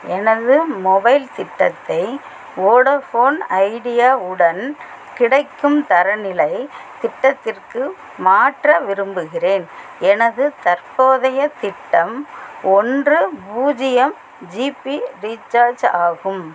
எனது மொபைல் திட்டத்தை Vodafone Idea உடன் கிடைக்கும் தரநிலை திட்டத்திற்கு மாற்ற விரும்புகிறேன் எனது தற்போதைய திட்டம் ஒன்று பூஜ்ஜியம் ஜிபி ரீசார்ஜ் ஆகும்